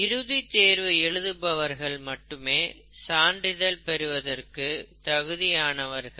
இறுதி தேர்வு எழுதுபவர்கள் மட்டுமே சான்றிதழ் பெறுவதற்கு தகுதியானவர்கள்